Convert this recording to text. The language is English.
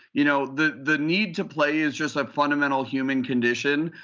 you know the the need to play is just a fundamental human condition.